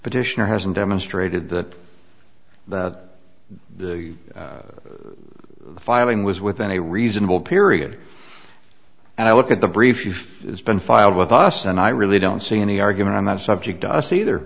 petitioner hasn't demonstrated that that the filing was within a reasonable period and i look at the brief has been filed with us and i really don't see any argument on that subject to us either